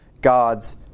God's